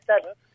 sudden